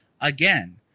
Again